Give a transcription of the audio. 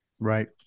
Right